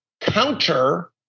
counter